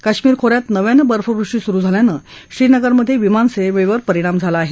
काश्मीर खोऱ्यात नव्यानं बर्फवृष्टी सुरू झाल्यानं श्रीनगरमधे विमानसेवेवर परिणाम झाला आहे